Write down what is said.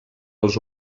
als